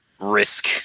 risk